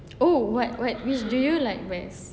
oh what what which do you like best